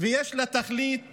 ויש לה תכלית,